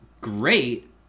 great